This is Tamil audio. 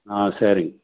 ஆ சரிங்க